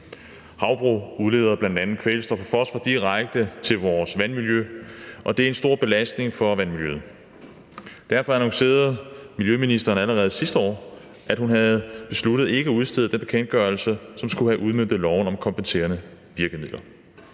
Havbrug udleder bl.a. kvælstof og fosfor direkte ud i vores vandmiljø, og det er en stor belastning for vandmiljøet. Derfor annoncerede miljøministeren allerede sidste år, at hun havde besluttet ikke at udstede den bekendtgørelse, som skulle have udmøntet loven om kompenserende virkemidler.